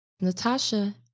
Natasha